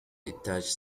detached